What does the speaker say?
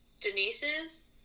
Denise's